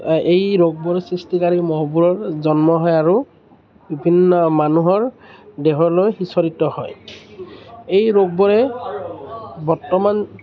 এই ৰোগবোৰৰ সৃষ্টিকাৰী মহবোৰৰ জন্ম হয় আৰু বিভিন্ন মানুহৰ দেহলৈ সিঁচৰিত হয় এই ৰোগবোৰে বৰ্তমান